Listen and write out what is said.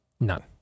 none